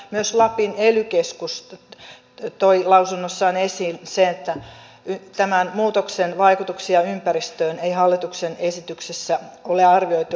myös lapin ely keskus toi lausunnossaan esiin sen että tämän muutoksen vaikutuksia ympäristöön ei hallituksen esityksessä ole arvioitu riittävästi